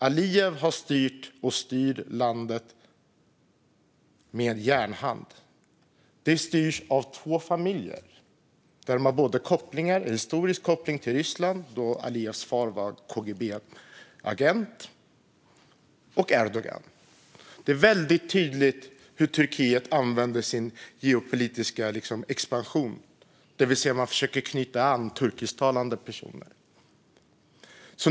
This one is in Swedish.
Alijev har styrt och styr landet med järnhand. Landet styrs av två familjer med historisk koppling både till Ryssland - Alijevs far var KGB-agent - och till Erdogan. Det är väldigt tydligt hur Turkiet använder sin geopolitiska expansion, det vill säga man försöker knyta till sig turkisktalande personer.